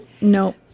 no